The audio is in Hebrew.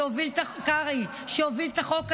שהוביל את החוק הזה.